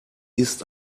ist